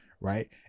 Right